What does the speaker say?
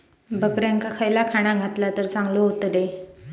बकऱ्यांका खयला खाणा घातला तर चांगल्यो व्हतील?